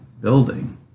building